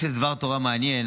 יש לי דבר תורה מעניין.